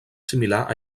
similar